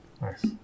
Nice